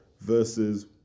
versus